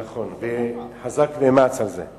נכון, וחזק ואמץ על זה.